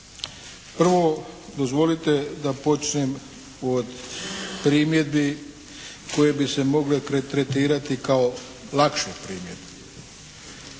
Prvo, dozvolite da počnem uvod primjedbi koje bi se mogle interpretirati kao lakše primjedbe.